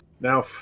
now